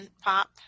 Pop